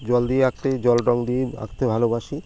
জল দিয়ে আঁকতেই জল রঙ দিয়েই আঁকতে ভালোবাসি